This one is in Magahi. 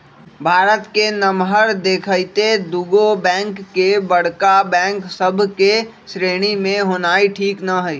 भारत के नमहर देखइते दुगो बैंक के बड़का बैंक सभ के श्रेणी में होनाइ ठीक न हइ